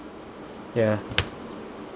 ya